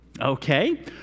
Okay